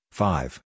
five